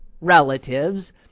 relatives